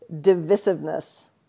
divisiveness